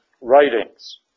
writings